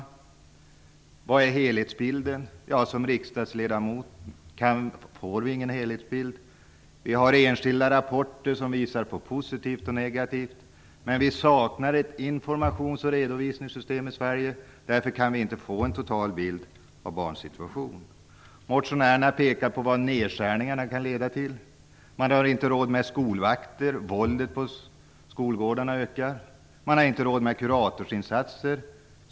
Vad är helhetsbilden? Ja, som riksdagsledamöter får vi ingen helhetsbild. Enskilda rapporter visar på positivt och negativt, men vi saknar i Sverige ett informations och redovisningssystem, och därför kan vi inte få en total bild av barns situation. Motionärerna pekar på vad nedskärningarna kan leda till. Man har inte råd med skolvakter, och våldet på skolgårdarna ökar. Man har inte råd med kuratorsinsatser.